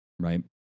right